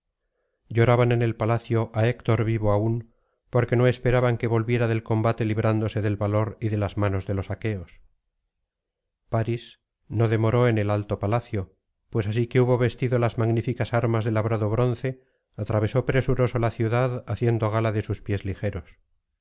lloraban en el palacio á héctor vivo aún porque no esperaban que volviera del combate librándose del valor y de las manos de los aqueos parís no demoró en el alto palacio pues así que hubo vestido las magníficas armas de labrado bronce atravesó presuroso la ciudad haciendo gala de sus pies ligeros